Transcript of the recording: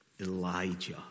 Elijah